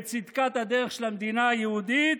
בצדקת הדרך של המדינה היהודית,